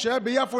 כשהיה ביפו,